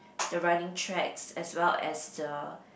the running tracks as well as the